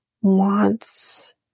wants